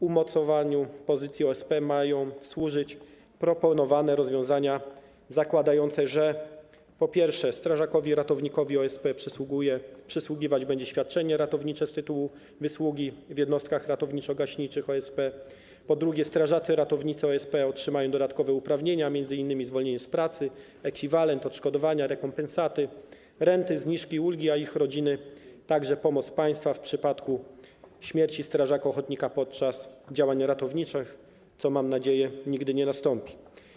Umocowaniu pozycji OSP mają służyć proponowane rozwiązania zakładające, że, po pierwsze, strażakowi ratownikowi OSP przysługiwać będzie świadczenie ratownicze z tytułu wysługi w jednostkach ratowniczo-gaśniczych OSP, po drugie, strażacy ratownicy OSP otrzymają dodatkowe uprawnienia, m.in. zwolnienie z pracy, ekwiwalent, odszkodowania, rekompensaty, renty, zniżki, ulgi, a ich rodziny także pomoc państwa w przypadku śmierci strażaka ochotnika podczas działań ratowniczych, co, mam nadzieję, nigdy nie nastąpi.